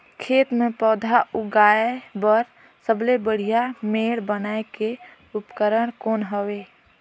खेत मे पौधा उगाया बर सबले बढ़िया मेड़ बनाय के उपकरण कौन हवे?